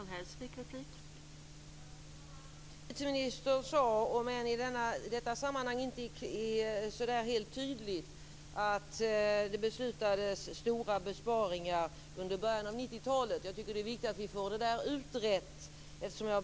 Fru talman! Justitieministern sade, om än i detta sammanhang inte helt tydligt, att det beslutades om stora besparingar under början 90-talet. Jag tycker att det är viktigt att vi får det där utrett.